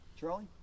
Charlie